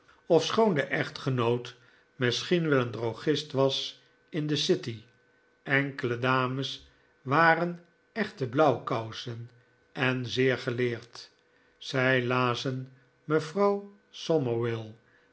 ofschoon de echtgenoot misschien wel een drogist was in de city enkele dames waren echte blauwkousen en zeer geleerd zij lazen mevrouw